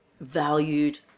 valued